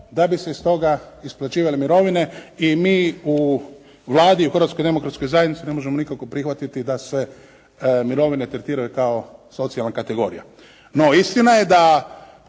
da bi se iz toga isplaćivale mirovine i mi u Vladi i u Hrvatskoj demokratskoj zajednici ne možemo nikako prihvatiti da se mirovine tretiraju kao socijalna kategorija. No, istina je da